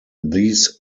these